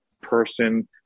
person